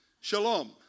shalom